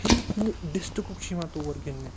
فی ڈِسٹرکُک چھُ یِوان تور گِنٛدنہِ